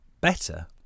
better